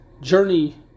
journey